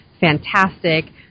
fantastic